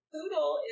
Poodle